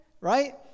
right